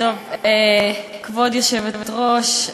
כבוד היושבת-ראש,